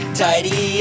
tidy